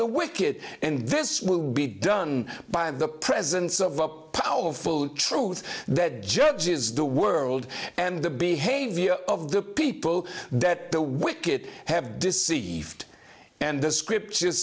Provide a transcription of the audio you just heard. the wicked and this will be done by the presence of a powerful truth that judges the world and the behavior of the people that the wicked have deceived and the script